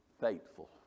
faithful